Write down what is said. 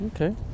Okay